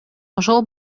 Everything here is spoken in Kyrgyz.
ошол